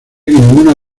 ninguna